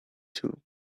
too